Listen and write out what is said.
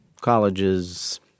colleges